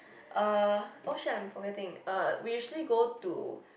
uh oh shit I'm forgetting uh we usually go to